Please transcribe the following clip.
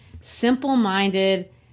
simple-minded